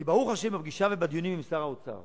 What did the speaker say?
כי ברוך השם, בפגישה ובדיונים עם שר האוצר